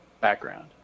background